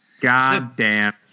Goddamn